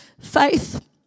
faith